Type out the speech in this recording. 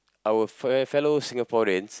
our fe~ fellow Singaporeans